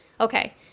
okay